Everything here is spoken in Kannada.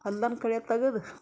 ಹೊಲ್ದಂದು ಕಳೆ ತಗದು